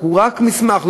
רק מסמך,